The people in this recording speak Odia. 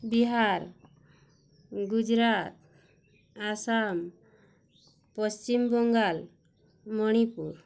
ବିହାର ଗୁଜୁରାଟ ଆସାମ ପଶ୍ଚିମବଙ୍ଗାଲ ମଣିପୁର